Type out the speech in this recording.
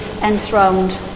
enthroned